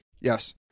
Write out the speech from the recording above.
Yes